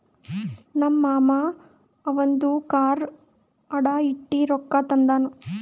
ನಮ್ ಮಾಮಾ ಅವಂದು ಕಾರ್ ಅಡಾ ಇಟ್ಟಿ ರೊಕ್ಕಾ ತಂದಾನ್